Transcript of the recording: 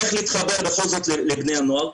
איך להתחבר בכל זאת לבני הנוער.